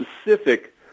specific